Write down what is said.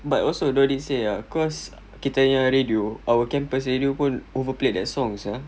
but also don't need say ah cause kitanya radio our campus radio pun overplayed their songs ah